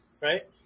right